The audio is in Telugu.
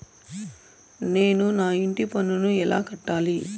నేను నా ఇంటి పన్నును ఎలా కట్టాలి?